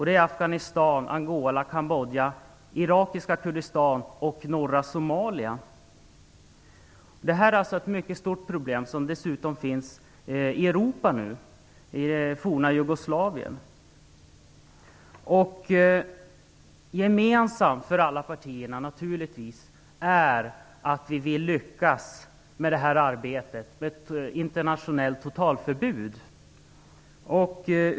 Det är Afghanistan, Angola, Kambodja, irakiska Kurdistan och norra Det är ett mycket stort problem, som nu dessutom finns i Europa - i forna Jugoslavien. Gemensamt för alla partier är naturligtvis att vi vill lyckas med arbetet för ett internationellt totalförbud.